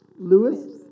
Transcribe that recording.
Lewis